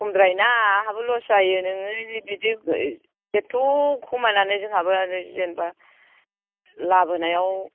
खमद्रायोना आंहाबो लस जायो नोङो बिदि एथ्थ' खमायनानै जोंहाबो आरो जेनबा लाबोनायाव